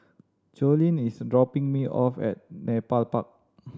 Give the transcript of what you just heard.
Jolene is dropping me off at Nepal Park